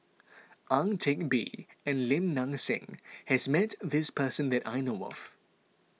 Ang Teck Bee and Lim Nang Seng has met this person that I know of